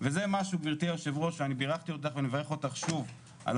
וזה משהו גברתי יושבת הראש שאני ברכתי אותך ומברך אותך שוב על